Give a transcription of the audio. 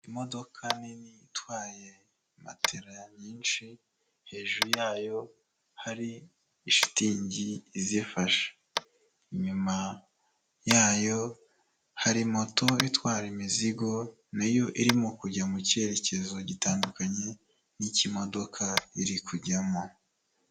Imodoka nini itwaye matera nyinshi, hejuru yayo hari ishitingi izifasha, inyuma yayo hari moto itwara imizigo nayo irimo kujya mu cyerekezo gitandukanye n'icy'imodoka iri kujyamo.